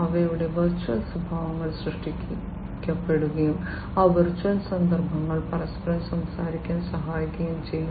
അവയുടെ വെർച്വൽ സംഭവങ്ങൾ സൃഷ്ടിക്കപ്പെടുകയും ആ വെർച്വൽ സന്ദർഭങ്ങൾ പരസ്പരം സംസാരിക്കാൻ സഹായിക്കുകയും ചെയ്യും